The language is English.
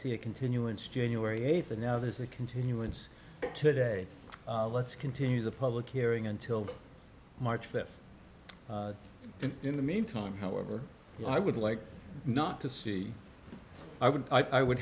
see a continuance january eighth and now there's a continuance today let's continue the public hearing until march that in the meantime however i would like not to see i would i would